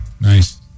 Nice